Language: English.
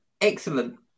excellent